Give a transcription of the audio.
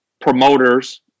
promoters